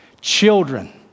Children